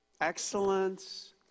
excellence